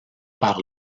par